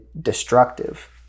destructive